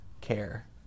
care